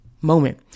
moment